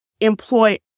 employ